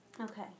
Okay